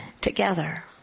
together